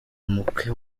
umukwe